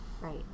Right